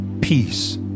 peace